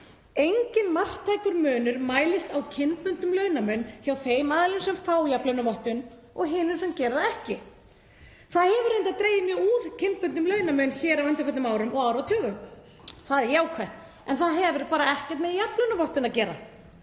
enginn marktækur munur mælist á kynbundnum launamun hjá þeim aðilum sem fá jafnlaunavottun og hinum sem gera það ekki. Það hefur reyndar dregið mjög úr kynbundnum launamun hér á undanförnum árum og áratugum. Það er jákvætt en það hefur bara ekkert með jafnlaunavottun að gera.